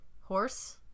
horse